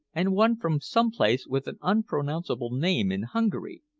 and one from some place with an unpronounceable name in hungary.